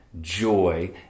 Joy